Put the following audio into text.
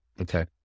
Okay